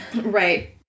Right